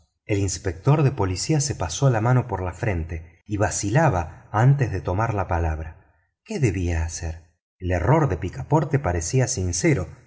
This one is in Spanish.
el inspector de policía se pasó la mano por la frente y vacilaba antes de tomar la palabra qué debía hacer el error de picaporte parecía sincero